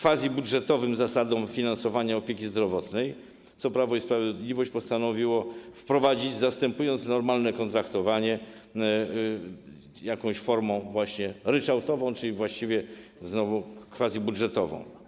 quasi-budżetowym zasadom finansowania opieki zdrowotnej, co Prawo i Sprawiedliwość postanowiło wprowadzić, zastępując normalne kontraktowanie jakąś formą właśnie ryczałtową, czyli właściwie quasi-budżetową.